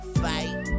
fight